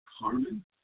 Carmen